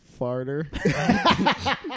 Farter